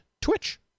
Twitch